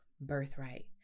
birthright